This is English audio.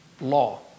law